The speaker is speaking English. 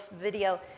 video